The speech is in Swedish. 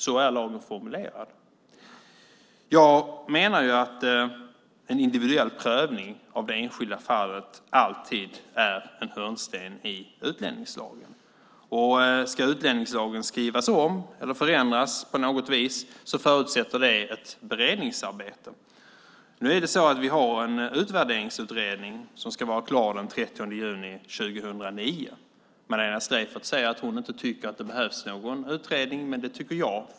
Så är lagen formulerad. Jag menar att en individuell prövning av det enskilda fallet alltid är en hörnsten i utlänningslagen. Ska utlänningslagen skrivas om eller förändras på något vis förutsätter det ett beredningsarbete. Nu är det så att vi har en utvärderingsutredning som ska vara klar den 30 juni 2009. Magdalena Streijffert säger att hon inte tycker att det behövs någon utredning, men det tycker jag.